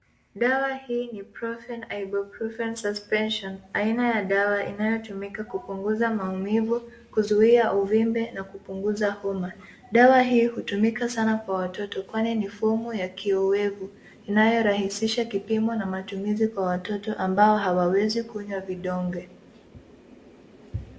Dawa hii ni Profen Ibuprofen Suspension, aina ya dawa inayotumika kupunguza maumivu, kuzuia uvimbe na kupunguza homa. Dawa hii hutumika sana kwa watoto, kwani ni fomu ya kiowevu inayorahisisha kipimo na matumizi kwa watoto ambao hawawezi kunywa vidonge.